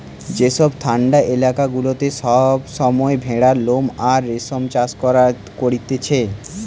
যেসব ঠান্ডা এলাকা গুলাতে সব সময় ভেড়ার লোম আর রেশম চাষ করতিছে